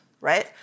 right